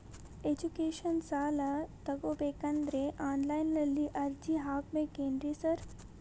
Education ಸಾಲ ತಗಬೇಕಂದ್ರೆ online ನಲ್ಲಿ ಅರ್ಜಿ ಹಾಕ್ಬೇಕೇನ್ರಿ ಸಾರ್?